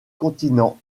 continents